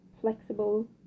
flexible